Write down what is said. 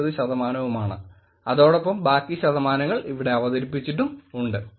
99 ശതമാനവുമാണ് അതോടൊപ്പം ബാക്കി ശതമാനങ്ങൾ അവിടെ അവതരിപ്പിച്ചിട്ടും ഉണ്ട്